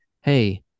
hey